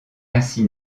ainsi